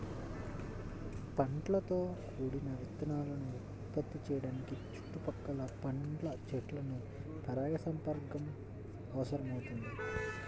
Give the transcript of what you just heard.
పండ్లతో కూడిన విత్తనాలను ఉత్పత్తి చేయడానికి చుట్టుపక్కల పండ్ల చెట్ల పరాగసంపర్కం అవసరమవుతుంది